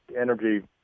energy